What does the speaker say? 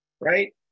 right